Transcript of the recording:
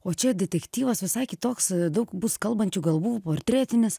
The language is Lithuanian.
o čia detektyvas visai kitoks daug bus kalbančių galvų portretinis